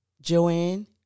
Joanne